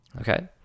Okay